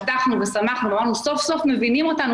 פתחנו ושמחנו אמרנו שסוף סוף מבינים אותנו,